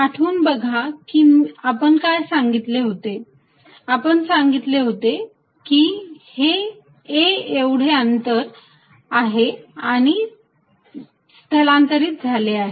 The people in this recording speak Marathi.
आठवून बघा की आपण काय सांगितले होते आपण सांगितले होते की हे a एवढे अंतर आणि हे स्थलांतरित झाले आहे